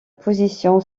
position